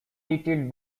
cited